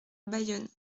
bayonne